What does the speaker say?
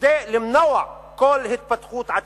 כדי למנוע כל התפתחות עתידית.